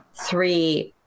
Three